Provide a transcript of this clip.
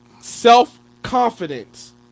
self-confidence